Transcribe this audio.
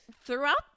throughout